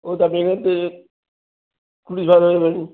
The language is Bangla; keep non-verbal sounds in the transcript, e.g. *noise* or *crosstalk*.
ওটা বেরোতে কুড়ি *unintelligible*